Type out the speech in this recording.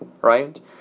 right